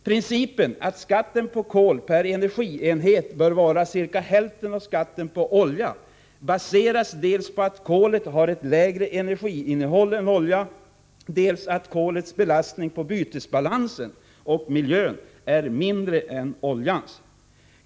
Principen att skatt på kol per energienhet bör vara ca hälften av skatten på olja baseras dels på att kolet har ett lägre energiinnehåll än olja, dels att kolets belastning på bytesbalansen och miljön är mindre än oljans.